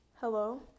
Hello